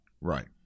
Right